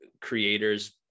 creators